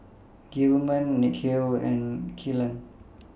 Gilman Nikhil and Killian